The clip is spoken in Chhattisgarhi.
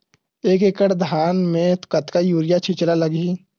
एक एकड़ धान में कतका यूरिया छिंचे ला लगही?